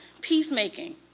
peacemaking